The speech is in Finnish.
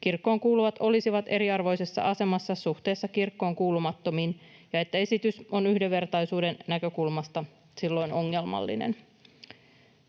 kirkkoon kuuluvat olisivat eriarvoisessa asemassa suhteessa kirkkoon kuulumattomiin ja että esitys on yhdenvertaisuuden näkökulmasta silloin ongelmallinen.